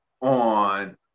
on